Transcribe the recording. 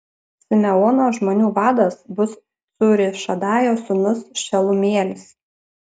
simeono žmonių vadas bus cūrišadajo sūnus šelumielis